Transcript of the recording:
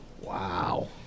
Wow